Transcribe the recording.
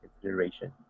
consideration